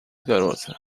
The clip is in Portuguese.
garota